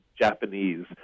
Japanese